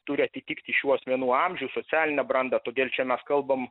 turi atitikti šių asmenų amžių socialinę brandą todėl čia mes kalbam